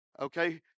Okay